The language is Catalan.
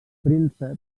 prínceps